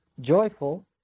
joyful